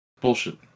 bullshit